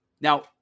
Now